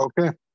Okay